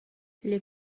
les